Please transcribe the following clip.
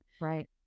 Right